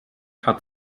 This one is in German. hat